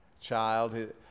child